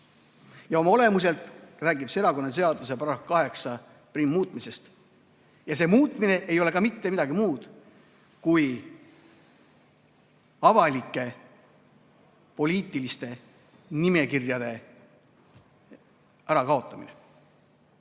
ja oma olemuselt räägib erakonnaseaduse § 81muutmisest. See muutmine ei ole mitte midagi muud kui avalike poliitiliste nimekirjade ärakaotamine.